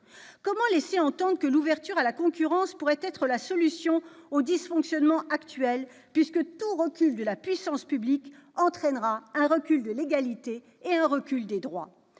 Comment laisser entendre que l'ouverture à la concurrence pourrait être la solution aux dysfonctionnements actuels, puisque tout recul de la puissance publique entraînera un recul de l'égalité et des droits ?